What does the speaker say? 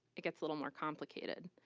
it gets a little more complicated.